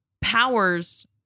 powers